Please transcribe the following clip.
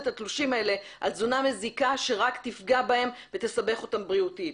התלושים האלה על תזונה מזיקה שרק תפגע בהם ותסבך אותם בריאותית.